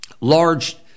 large